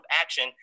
action